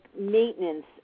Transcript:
maintenance